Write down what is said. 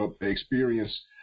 experience